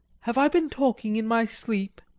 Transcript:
have i been talking in my sleep?